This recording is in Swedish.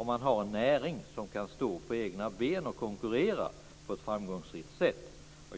om man har en näring som kan stå på egna ben och konkurrera på ett framgångsrikt sätt kommer det, precis som också sägs i utredningen, att ge hela samhället intäkter och kostnadsminskningar.